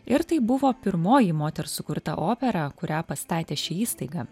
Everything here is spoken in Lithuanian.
ir tai buvo pirmoji moters sukurta opera kurią pastatė ši įstaiga